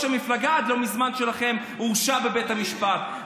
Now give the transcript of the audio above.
המפלגה עד לא מזמן שלכם הורשע בהן בבית המשפט.